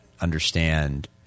understand